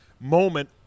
moment